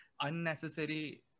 unnecessary